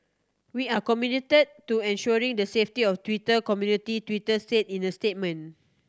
we are committed to ensuring the safety of Twitter community Twitter said in a statement